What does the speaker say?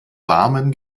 warmen